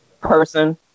person